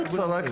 קצרה,